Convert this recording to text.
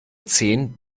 zehn